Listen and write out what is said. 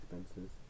expenses